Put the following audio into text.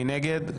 מי נגד?